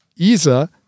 ESA